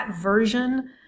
version